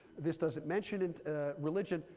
this doesn't mention and religion,